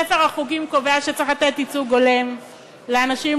ספר החוקים קובע שצריך לתת ייצוג הולם לאנשים עם